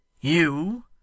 You